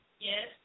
Yes